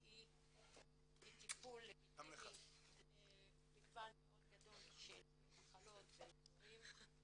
כטיפול לגיטימי למגוון מאוד גדול של מחלות ואזורים.